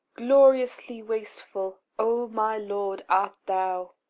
gloriously wasteful, o my lord, art thou!